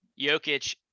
Jokic